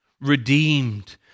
redeemed